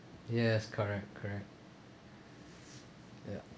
yes correct correct ya